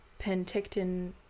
Penticton